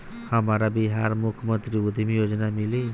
हमरा बिहार मुख्यमंत्री उद्यमी योजना मिली?